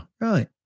right